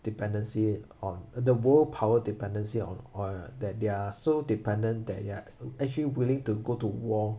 dependency on the world power dependency on oil that they are so dependent that they're actually willing to go to war